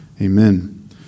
amen